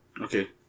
Okay